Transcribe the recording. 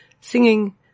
singing